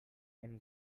and